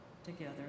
Together